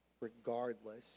regardless